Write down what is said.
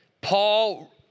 Paul